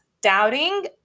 doubting